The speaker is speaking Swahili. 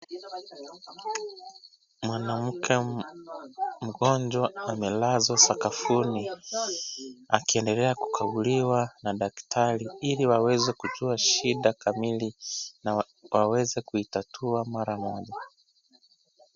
Mwanamke mgonjwa amelazwa sakafuni , akiendelea kukaguliwa na daktari ,ili waweze kujua shida kamili na waweze kuitatua mara moja.